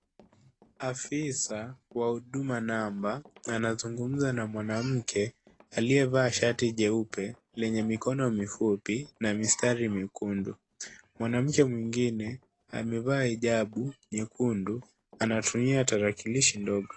Afisa wa huduma namba, anazungumza na mwanamke aliyevaa shati jeupe lenye mikono mifupi na mistari miekundu. Mwanamke mwingine amevaa hijabu nyekundu, anatumia tarakilishi ndogo.